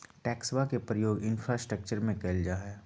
टैक्सवा के प्रयोग इंफ्रास्ट्रक्टर में कइल जाहई